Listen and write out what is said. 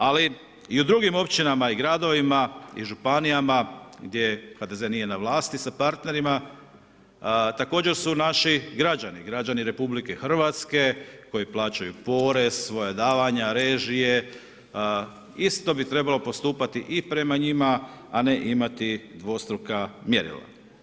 Ali i u drugim općinama i gradovima i županijama gdje HDZ nije na vlasti sa partnerima također su naši građani, građani RH koji plaćaju porez, svoja davanja, režije, isto bi trebalo postupati i prema njima, a ne imati dvostruka mjerila.